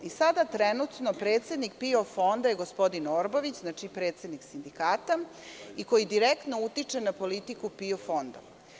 Sada trenutno predsednik PIO fonda je gospodin Orbović, predsednik sindikata i koji direktno utiče na politiku PIO fonda.